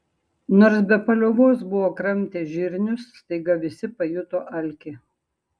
nors be paliovos buvo kramtę žirnius staiga visi pajuto alkį